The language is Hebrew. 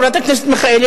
חברת הכנסת מיכאלי,